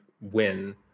win